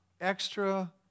extra